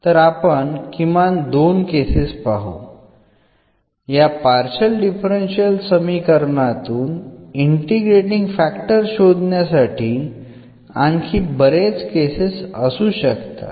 तर आपण किमान दोन केसेस पाहू या पार्शल डिफरन्शियल समीकरणातून इंटिग्रेटींग फॅक्टर शोधण्यासाठी आणखी बरेच केसेस असू शकतात